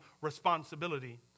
responsibility